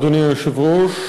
אדוני היושב-ראש,